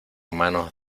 manos